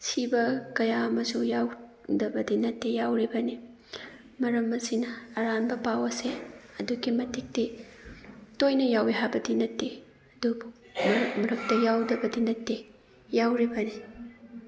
ꯁꯤꯕ ꯀꯌꯥ ꯑꯃꯁꯨ ꯌꯥꯎꯗꯕꯗꯤ ꯅꯠꯇꯦ ꯌꯥꯎꯔꯤꯕꯅꯤ ꯃꯔꯝ ꯑꯁꯤꯅ ꯑꯔꯥꯟꯕ ꯄꯥꯎ ꯑꯁꯦ ꯑꯗꯨꯛꯀꯤ ꯃꯇꯤꯛꯇꯤ ꯇꯣꯏꯅ ꯌꯥꯎꯋꯤ ꯍꯥꯏꯕꯗꯤ ꯅꯠꯇꯦ ꯑꯗꯨꯕꯨ ꯃꯔꯛ ꯃꯔꯛꯇ ꯌꯥꯎꯗꯕꯗꯤ ꯅꯠꯇꯦ ꯌꯥꯎꯔꯤꯕꯅꯤ